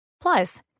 Plus